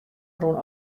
rûn